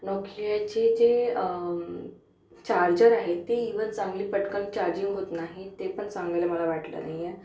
नोकियाचे जे चार्जर आहे ते इव्हन चांगली पटकन चार्जिंग होत नाही ते पण चांगलं मला वाटलं नाही आहे